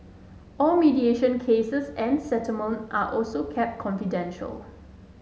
all mediation cases and settlement are also kept confidential